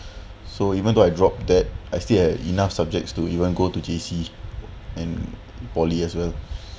so even though I drop that I still had enough subjects to even go to J_C and poly as well